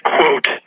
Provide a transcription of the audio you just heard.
quote